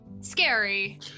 scary